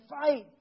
fight